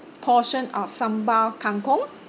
portion of sambal kangkong